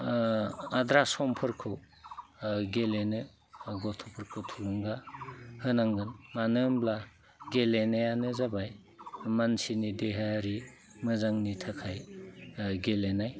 आद्रा समफोरखौ गेलेनो गथ'फोरखौ थुलुंगा होनांगोन मानोहोमब्ला गेलेनायानो जाबाय मानसिनि देहायारि मोजांनि थाखाय गेलेनाय